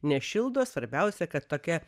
nešildo svarbiausia kad tokia